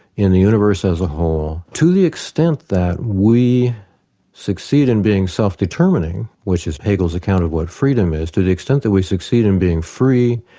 in the universe as a whole, to the extent that we succeed in being self-determining, which is hegel's account of what freedom is, to the extent that we succeed in being free,